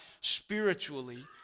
spiritually